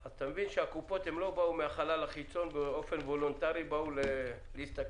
אתה מבין שהקופות לא באו מהחלל החיצון באופן וולונטרי להסתכל,